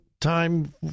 time